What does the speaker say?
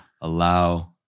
allow